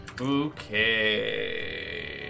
Okay